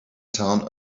town